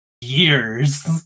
years